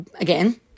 Again